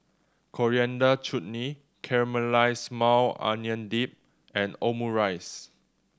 Coriander Chutney Caramelized Maui Onion Dip and Omurice